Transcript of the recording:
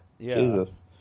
Jesus